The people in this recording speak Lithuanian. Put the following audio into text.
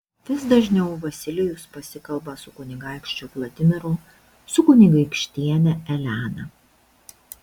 vis dažniau vasilijus pasikalba su kunigaikščiu vladimiru su kunigaikštiene elena